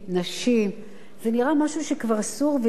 זה נראה משהו שכבר אסור ולא צריך לריב עליו,